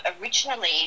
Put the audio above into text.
originally